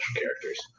characters